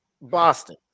Boston